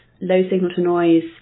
low-signal-to-noise